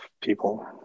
people